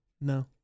no